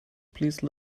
please